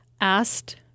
asked